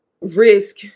risk